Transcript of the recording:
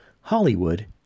Hollywood